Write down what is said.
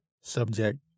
subject